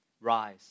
Rise